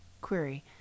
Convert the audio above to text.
Query